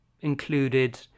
included